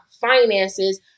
finances